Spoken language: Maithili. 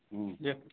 हूँ